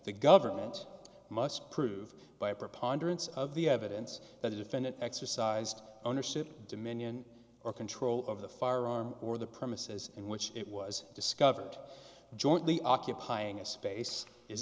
the government must prove by a preponderance of the evidence that a defendant exercised ownership dominion or control of the firearm or the premises in which it was discovered jointly occupying a space is